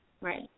Right